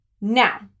Now